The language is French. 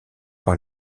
par